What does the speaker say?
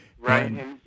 Right